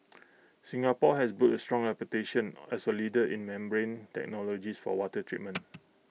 Singapore has built strong reputation as A leader in membrane technologies for water treatment